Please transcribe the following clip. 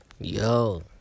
Yo